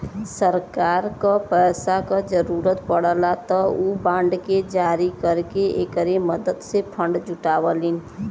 सरकार क पैसा क जरुरत पड़ला त उ बांड के जारी करके एकरे मदद से फण्ड जुटावलीन